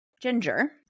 Ginger